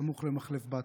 סמוך למחלף בצרה,